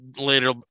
later